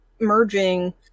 merging